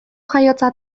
jaiotza